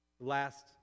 last